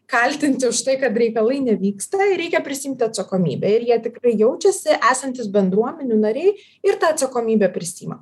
kaltinti už tai kad reikalai nevyksta ir reikia prisiimt atsakomybę ir jie tikrai jaučiasi esantys bendruomenių nariai ir tą atsakomybę prisiima